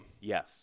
yes